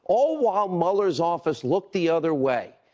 all while mueller's office look the other way.